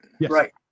Right